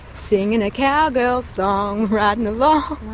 singing a cow girl song, riding along